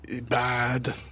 Bad